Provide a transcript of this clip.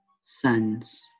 sons